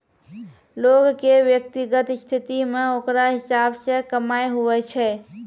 लोग के व्यक्तिगत स्थिति मे ओकरा हिसाब से कमाय हुवै छै